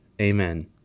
Amen